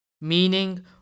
Meaning